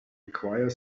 acquire